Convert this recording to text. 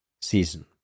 Season